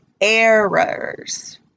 errors